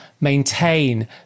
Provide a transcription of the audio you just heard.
maintain